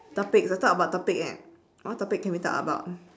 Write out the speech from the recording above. topic the talk about topic what topic can we talk about